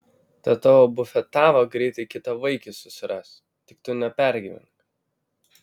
ta tavo bufetava greitai kitą vaikį susiras tik tu nepergyvenk